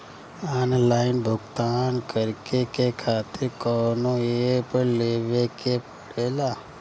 Online भुगतान करके के खातिर कौनो ऐप लेवेके पड़ेला?